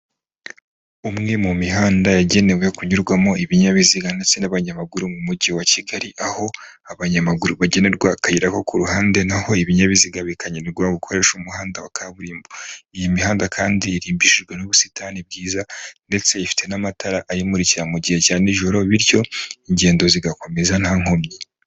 Umwe mu mihanda yagenewe kunyurwamo ibinyabiziga ndetse n'abanyamaguru mu mujyi wa Kigali, aho abanyamaguru bagenerwa akayirabo ko ruhande naho ibinyabiziga bikanyurwa gukoresha umuhanda wa kaburimbo. Iyi mihanda kandi irimbishijwe n'ubusitani bwiza ndetse ifite n'amatara ayimurikira mu gihe cya nijoro, bityo ingendo zigakomeza nta nkomyi.